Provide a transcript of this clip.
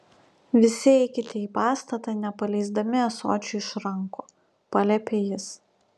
visi eikite į pastatą nepaleisdami ąsočių iš rankų paliepė jis